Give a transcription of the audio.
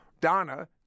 Donna